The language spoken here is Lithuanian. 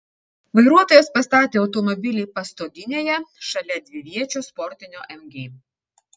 vairuotojas pastatė automobilį pastoginėje šalia dviviečio sportinio mg